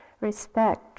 respect